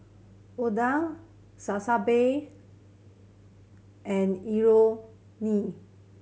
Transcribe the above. Oden and Imoni